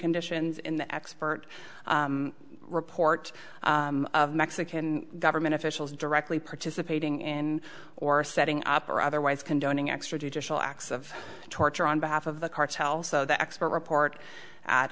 conditions in the expert report of mexican government officials directly participating in or setting up or otherwise condoning extra judicial acts of torture on behalf of the cartel so the expert report